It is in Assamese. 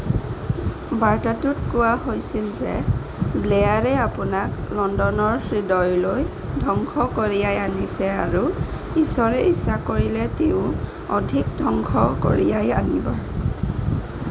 বাৰ্তাটোত কোৱা হৈছিল যে ব্লেয়াৰে আপোনাক লণ্ডনৰ হৃদয়লৈ ধ্বংস কঢ়িয়াই আনিছে আৰু ঈশ্বৰে ইচ্ছা কৰিলে তেওঁ অধিক ধ্বংস কঢ়িয়াই আনিব